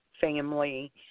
family